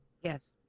Yes